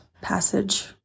passage